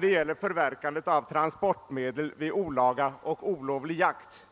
det gäller frågan om förverkande av transportmedel vid olovlig jakt.